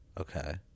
Okay